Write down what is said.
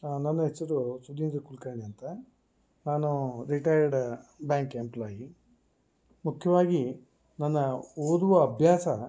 ನನ್ನ ಹೆಸರು ಸುಧೀಂದ್ರ ಕುಲಕರ್ಣಿ ಅಂತ ನಾನು ರಿಟೈರ್ಡ್ ಬ್ಯಾಂಕ್ ಎಂಪ್ಲಾಯಿ ಮುಖ್ಯವಾಗಿ ನನ್ನ ಓದುವ ಅಭ್ಯಾಸ